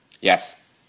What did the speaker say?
Yes